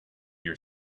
your